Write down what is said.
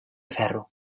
ferro